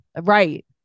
Right